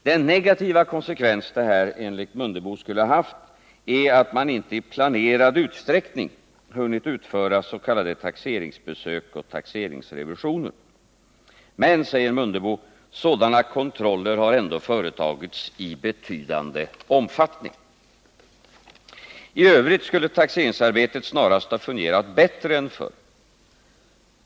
Den negativa konsekvens detta, enligt Ingemar Mundebo, skulle ha haft är att man inte i planerad utsträckning har hunnit utföra s.k. taxeringsbesök och taxeringsrevisioner. Men sådana kontroller har, enligt Ingemar Mundebo, ändå företagits ”i betydande omfattning”. I övrigt skulle taxeringsarbetet snarast ha fungerat bättre än förr.